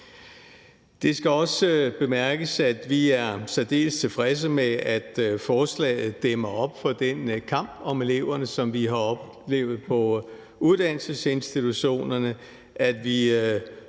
Det skal også bemærkes, at vi er særdeles tilfredse med, at forslaget dæmmer op for den kamp om eleverne, som vi har oplevet på uddannelsesinstitutionerne; at vi